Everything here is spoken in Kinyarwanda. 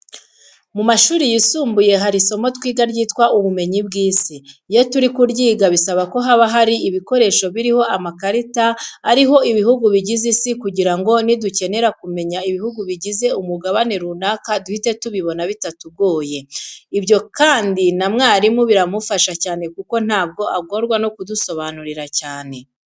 Mu mashuri yisumbuye hari isomo twiga ryitwa ubumenyi bw'Isi. Iyo turi kuryiga bisaba ko haba hari ibikoresho biriho amakarita ariho ibihugu bigize Isi kugira ngo nidukenera kumenya ibihugu bigize umugabane runaka duhite tubibona bitatugoye. Ibyo kandi na mwarimu biramufasha cyane kuko ntabwo agorwa no kudusobanurira cyane.